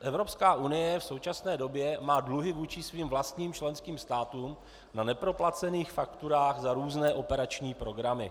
Evropská unie v současné době má dluhy vůči svým vlastním členským státům na neproplacených fakturách za různé operační programy.